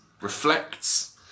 reflects